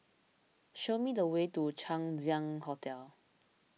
show me the way to Chang Ziang Hotel